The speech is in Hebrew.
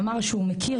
שאמר שהוא מכיר,